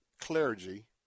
clergy